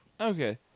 Okay